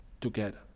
together